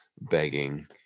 begging